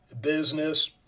business